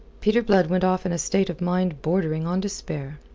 peter blood went off in a state of mind bordering on despair.